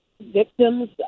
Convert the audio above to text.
victims